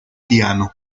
piano